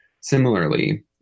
similarly